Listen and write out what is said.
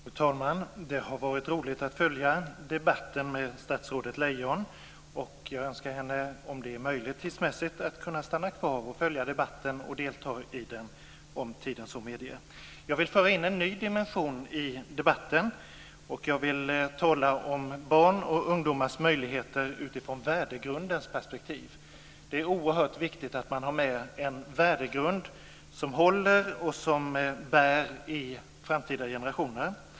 Fru talman! Det har varit roligt att följa debatten med statsrådet Lejon. Jag önskar, om det är möjligt tidsmässigt, att hon kan stanna kvar och följa debatten och delta i den. Jag vill föra in en ny dimension i debatten och tala om barns och ungdomars möjligheter utifrån värdegrundens perspektiv. Det är oerhört viktigt att man har med en värdegrund som håller och som bär i framtida generationer.